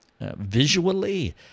visually